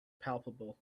palpable